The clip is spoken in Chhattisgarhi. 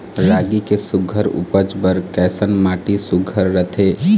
रागी के सुघ्घर उपज बर कैसन माटी सुघ्घर रथे?